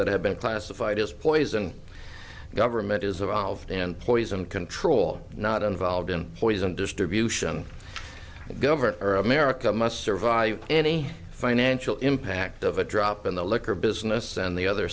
that have been classified as poison the government is a volved and poison control not involved in poison distribution government or america must survive any financial impact of a drop in the liquor business and the other